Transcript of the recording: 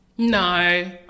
no